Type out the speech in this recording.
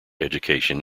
education